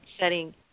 setting